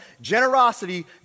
Generosity